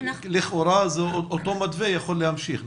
לכאורה אותו מתווה יכול להמשיך.